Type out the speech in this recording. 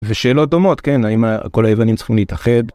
ושאלות דומות, כן, האם כל היוונים צריכים להתאחד?